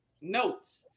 notes